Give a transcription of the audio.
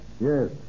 Yes